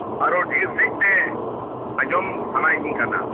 ᱟᱨᱚ ᱰᱷᱮᱨ ᱥᱟᱺᱦᱤᱡᱛᱮ ᱟᱸᱡᱚᱢ ᱥᱟᱱᱟᱧ ᱫᱤᱧ ᱠᱟᱱᱟ